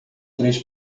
três